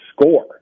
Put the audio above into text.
score